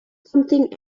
something